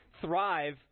thrive